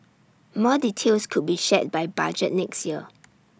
more details could be shared by budget next year